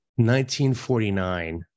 1949